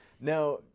Now